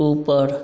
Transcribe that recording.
ऊपर